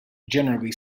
generally